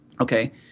okay